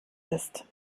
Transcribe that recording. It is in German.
ist